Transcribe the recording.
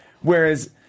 Whereas